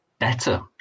better